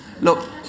Look